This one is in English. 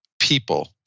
people